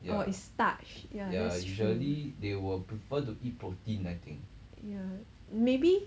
oh is starch ya that's true yeah maybe